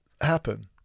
happen